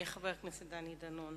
חבר הכנסת דני דנון.